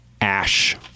ash